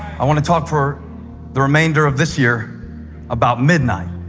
i want to talk for the remainder of this year about midnight.